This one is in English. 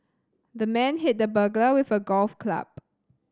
the man hit the burglar with a golf club